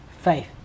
faith